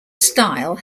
style